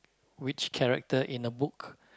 which character in a book